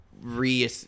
re